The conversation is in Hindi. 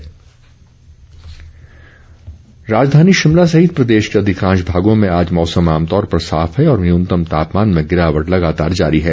मौसम राजघानी शिमला सहित प्रदेश के अधिकांश भागों में आज मौसम आमतौर पर साफ है और न्यूनतम तापमान में गिरावट लगातार जारी है